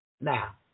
Now